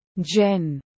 Jen